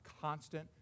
constant